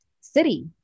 city